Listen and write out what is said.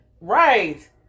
Right